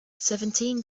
seventeen